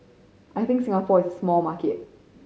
I think Singapore is small market